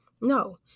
No